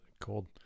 cold